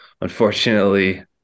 unfortunately